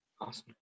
Awesome